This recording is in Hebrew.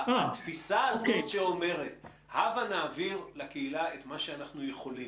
התפיסה הזאת שאומרת - הבה נעביר לקהילה את מה שאנחנו יכולים,